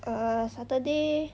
err saturday